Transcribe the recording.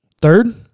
Third